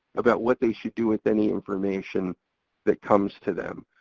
about what they should do with any information that comes to them.